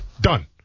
Done